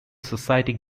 society